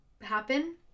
happen